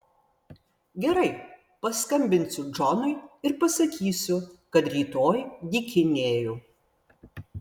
gerai paskambinsiu džonui ir pasakysiu kad rytoj dykinėju